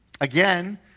Again